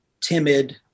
timid